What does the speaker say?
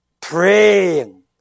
praying